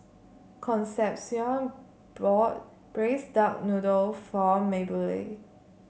Concepcion bought Braised Duck Noodle for Maybelle